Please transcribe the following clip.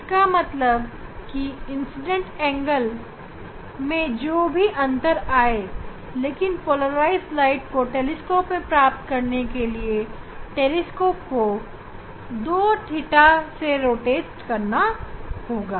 इसका मतलब हुआ की इंसिडेंट एंगल में जो भी अंतर आए लेकिन पोलराइज्ड प्रकाश को टेलीस्कोपमें प्राप्त करने के लिए टेलीस्कोपको 2 थीटा से रोटेट करना होगा